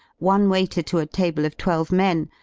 one waiter to a table of twelve men,